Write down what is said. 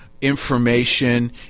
information